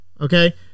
Okay